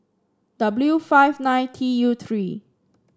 W five nine T U three